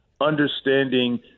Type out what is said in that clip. understanding